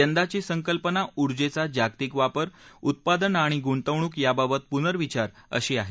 यंदाची संकल्पना ऊर्जेचा जागतिक वापर उत्पादन आणि गुंतवणूक याबाबत पुनविंचार अशी आहे